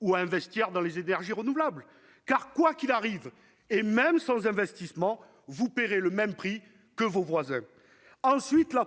ou à investir dans les énergies renouvelables. Car, quoi qu'il arrive, et même sans investissement, ils payeront le même prix que leurs voisins.